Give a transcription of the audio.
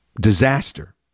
disaster